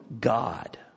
God